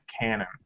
canon